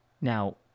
Now